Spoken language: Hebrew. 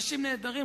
אנשים נהדרים,